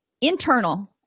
internal